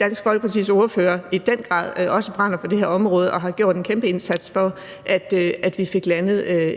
Dansk Folkepartis ordfører i den grad også brænder for det her område og har gjort en kæmpe indsats for, at vi fik landet et